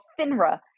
FINRA